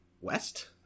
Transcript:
West